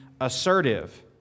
assertive